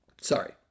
Sorry